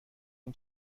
این